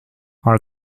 are